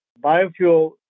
biofuel